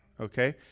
okay